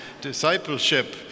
Discipleship